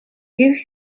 give